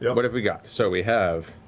yeah but have we got? so we have.